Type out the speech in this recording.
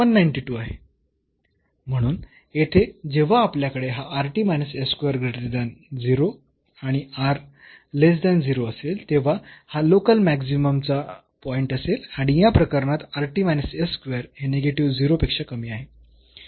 म्हणून येथे जेव्हा आपल्याकडे हा असेल तेव्हा हा लोकल मॅक्सिमम चा पॉईंट असेल आणि या प्रकरणात हे निगेटिव्ह 0 पेक्षा कमी आहे